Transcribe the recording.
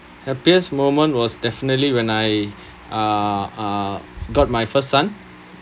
happiest moment was definitely when I uh uh got my first son